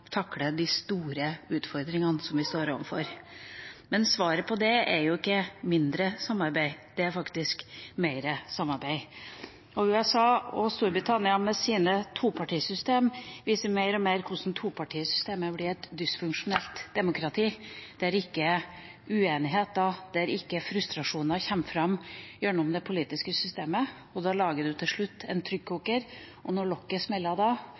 de store utfordringene vi står overfor. Men svaret på det er ikke mindre samarbeid, det er faktisk mer samarbeid. USA og Storbritannia med sine topartisystem viser mer og mer hvordan topartisystemet blir et dysfunksjonelt demokrati der uenigheter og frustrasjoner ikke kommer fram gjennom det politiske systemet. Da lager man til slutt en trykkoker, og når lokket smeller av da,